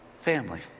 family